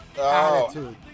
Attitude